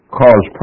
cause